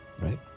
right